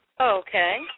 Okay